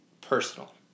personal